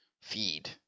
feed